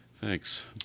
Thanks